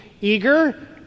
eager